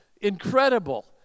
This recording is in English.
Incredible